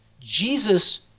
Jesus